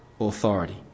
authority